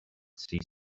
see